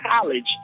college